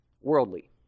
worldly